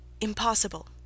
Impossible